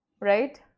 right